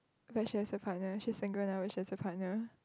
when she has a partner she's single now when she has a partner